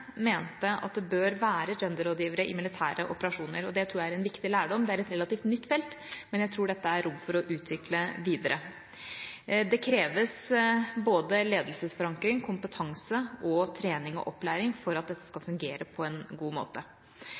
mente at det bør være genderrådgivere i militære operasjoner, og det tror jeg er en viktig lærdom. Det er et relativt nytt felt, men jeg tror det er rom for å utvikle dette videre. Det kreves både ledelsesforankring, kompetanse og trening og opplæring for at dette skal fungere på en god måte.